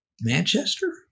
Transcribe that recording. Manchester